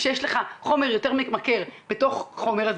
כשיש לך חומר יותר ממכר בתוך הקנאביס אז